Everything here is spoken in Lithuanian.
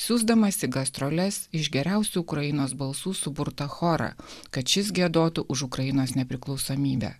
siųsdamas į gastroles iš geriausių ukrainos balsų suburtą chorą kad šis giedotų už ukrainos nepriklausomybę